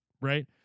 right